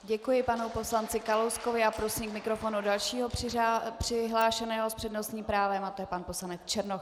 Děkuji panu poslanci Kalouskovi a prosím k mikrofonu dalšího přihlášeného s přednostním právem a to je pan poslanec Černoch.